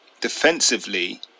defensively